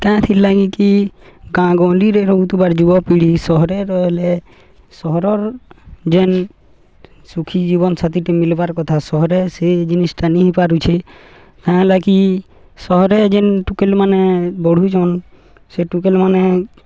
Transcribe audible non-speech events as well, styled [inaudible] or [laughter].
[unintelligible] ଲାଗି କି ଗାଁ ଗହଲିରେ ରହୁଥୁବାର୍ ଯୁବପିଢ଼ି ସହରରେ ରହିଲେ ସହରର ଯେନ୍ ସୁଖୀ ଜୀବନ ସାଥିୀଟେ ମିଲବାର୍ କଥା ସହରେ ସେ ଜିନିଷଟା ନେଇ ହୋଇପାରୁଛେ ତା ହେଲା କିି ସହରେ ଯେନ୍ ଟୁକେଲ୍ମାନେ ବଢ଼ୁଚନ୍ ସେ ଟୁକେଲ୍ମାନେ